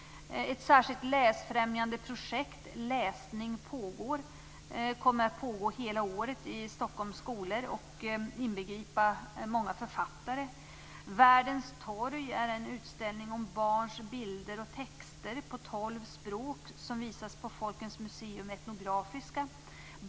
Ett särskilt läsfrämjande projekt, Läsning pågår, skall bedrivas hela året i Stockholms skolor och kommer att inbegripa många författare. Världens torg är en utställning om barns bilder och texter på tolv språk som visas på Folkens Museum Etnografiska.